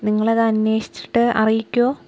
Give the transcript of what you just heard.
നിങ്ങളത് അന്വേഷിച്ചിട്ട് അറിയിക്കുമോ